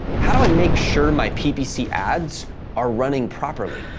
how do i make sure my ppc ads are running properly?